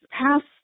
past